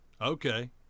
Okay